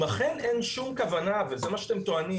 אם אכן אין שום כוונה וזה מה שאתם טוענים,